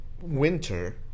winter